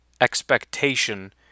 expectation